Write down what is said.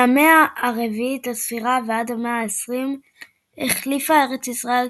מהמאה ה־4 לספירה ועד המאה ה־20 החליפה ארץ ישראל,